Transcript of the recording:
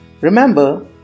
Remember